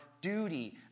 duty